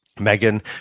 Megan